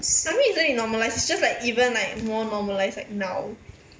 I mean isn't it normalised its just like even like more normalised like now